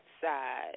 Side